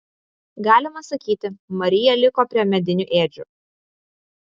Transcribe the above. galima sakyti marija liko prie medinių ėdžių